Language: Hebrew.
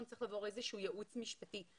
הוא צריך לעבור איזשהו יעוץ משפטי.